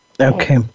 Okay